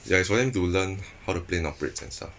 ya is for them to learn how the plane operates and stuff